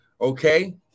okay